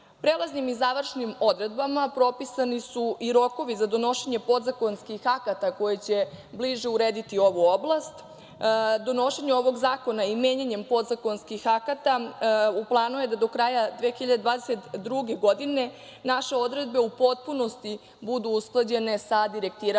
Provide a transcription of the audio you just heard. prekršaja. Prelaznim i završnim odredbama propisani su i rokovi za donošenje podzakonskih akata koji će bliže urediti ovu oblast. Donošenje ovog zakona i menjanjem podzakonskih akata, u planu je da do kraja 2022. godine naše odredbe u potpunosti budu usklađene sa direktivama